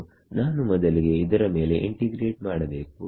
so ನಾನು ಮೊದಲಿಗೆ ಇದರ ಮೇಲೆ ಇಂಟಿಗ್ರೇಟ್ ಮಾಡಬೇಕು